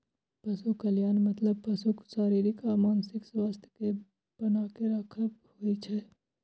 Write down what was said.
पशु कल्याणक मतलब पशुक शारीरिक आ मानसिक स्वास्थ्यक कें बनाके राखब होइ छै